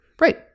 Right